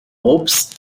hopes